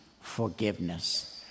forgiveness